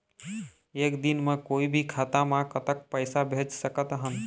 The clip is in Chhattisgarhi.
एक दिन म कोई भी खाता मा कतक पैसा भेज सकत हन?